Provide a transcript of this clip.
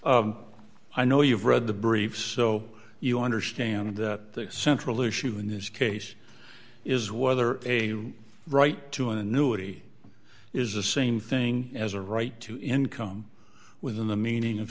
accommodation i know you've read the briefs so you understand that the central issue in this case is whether a right to an annuity is the same thing as a right to income within the meaning of